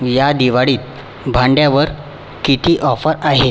या दिवाडीत भांड्यावर किती ऑफर आहेत